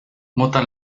mota